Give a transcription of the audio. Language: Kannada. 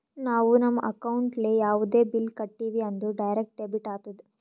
ನಾವು ನಮ್ ಅಕೌಂಟ್ಲೆ ಯಾವುದೇ ಬಿಲ್ ಕಟ್ಟಿವಿ ಅಂದುರ್ ಡೈರೆಕ್ಟ್ ಡೆಬಿಟ್ ಆತ್ತುದ್